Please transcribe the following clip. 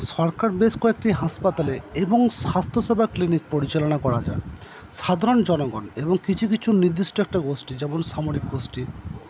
সরকার বেশ কয়েকটি হাসপাতালে এবং স্বাস্থ্যসেবা ক্লিনিক পরিচালনা করা যায় সাধারণ জনগণ এবং কিছু কিছু নির্দিষ্ট একটা গোষ্ঠী যেমন সামরিক গোষ্ঠী